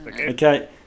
Okay